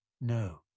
No